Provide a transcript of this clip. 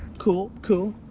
cool, cool,